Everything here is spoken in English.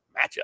matchup